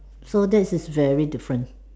so that is very different